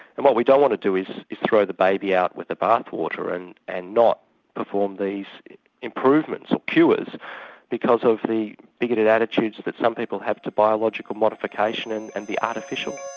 and what we don't want to do is throw the baby out with the bathwater and and not perform these improvements or cures because of the bigoted attitudes that some people have to biological modification and and the artificial.